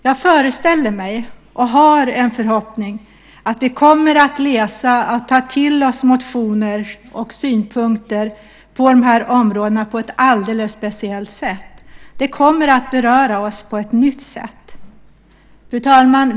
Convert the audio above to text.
Jag föreställer mig och har en förhoppning om att vi kommer att läsa motioner och ta till oss synpunkter på dessa områden på ett alldeles speciellt sätt. Det kommer att beröra oss på ett nytt sätt. Fru talman!